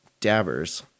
dabbers